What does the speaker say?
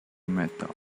metal